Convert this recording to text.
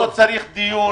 לא צריך דיון,